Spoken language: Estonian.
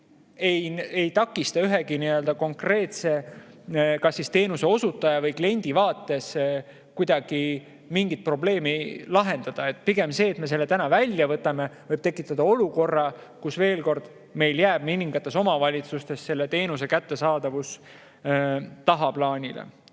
kuidagi ühegi konkreetse teenuseosutaja või kliendi vaates mingit probleemi lahendada. Pigem see, et me selle välja võtame, võib tekitada olukorra, kus, veel kord, meil jääb mõningates omavalitsustes selle teenuse kättesaadavus tagaplaanile.